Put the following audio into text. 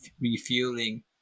refueling